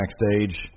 backstage